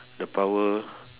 the power